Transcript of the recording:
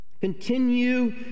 continue